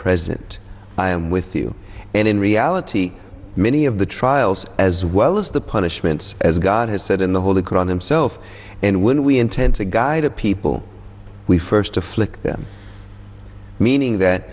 present i am with you and in reality many of the trials as well as the punishments as god has said in the holy qur'an himself and when we intend to guide a people we first afflict them meaning that